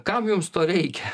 kam jums to reikia